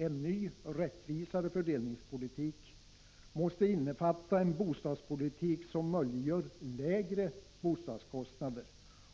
En ny, rättvisare fördelningspolitik måste innefatta en bostadspolitik som möjliggör lägre bostadskostnader